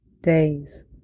days